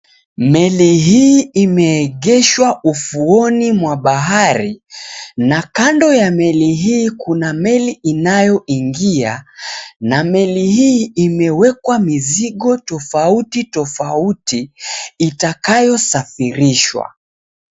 Meli hii imeegeshwa ufuoni mwa bahari, na kando ya meli hii kuna meli inayoingia, na meli hii imewekwa mizigo tofauti tofauti itakayo safirishwa.